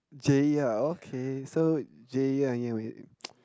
Jaiya ah okay so Jaiya anyway